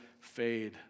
fade